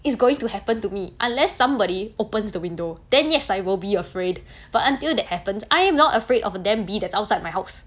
is going to happen to me unless somebody opens the window then yes I will be afraid but until that happens I am not afraid of a damn bee that's outside my house